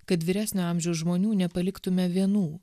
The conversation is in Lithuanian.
kad vyresnio amžiaus žmonių nepaliktume vienų